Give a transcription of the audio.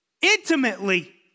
intimately